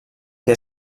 que